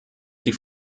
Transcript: sie